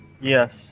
Yes